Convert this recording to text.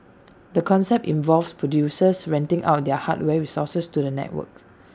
the concept involves producers renting out their hardware resources to the network